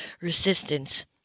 resistance